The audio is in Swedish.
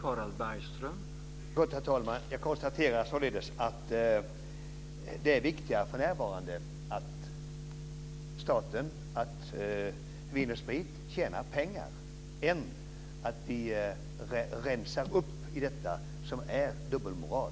Herr talman! Jag konstaterar således att det för närvarande är viktigare att staten genom Vin & Sprit tjänar pengar än att vi rensar upp i denna dubbelmoral.